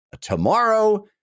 tomorrow